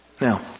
Now